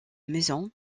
maison